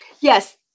Yes